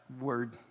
word